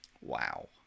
Wow